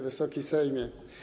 Wysoki Sejmie!